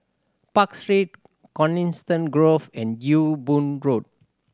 Park Street Coniston Grove and Ewe Boon Road